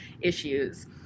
issues